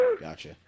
Gotcha